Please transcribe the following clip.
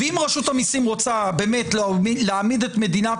ואם רשות המיסים רוצה באמת להעמיד את מדינת